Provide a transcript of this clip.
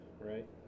right